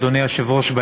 אדוני היושב-ראש,